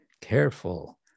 careful